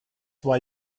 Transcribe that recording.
why